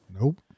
Nope